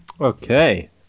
Okay